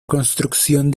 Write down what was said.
construcción